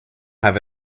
have